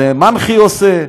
זה מנח"י עושה,